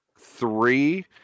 three